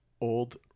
old